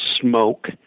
smoke